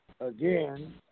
again